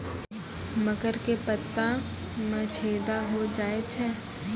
मकर के पत्ता मां छेदा हो जाए छै?